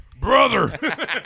brother